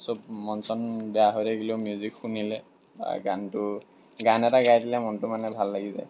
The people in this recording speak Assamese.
সব মন চন বেয়া হৈ থাকিলেও মিউজিক শুনিলে বা গানটো গান এটা গাই দিলে মনটো মানে ভাল লাগি যায়